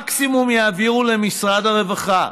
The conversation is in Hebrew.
מקסימום יעבירו למשרד הרווחה.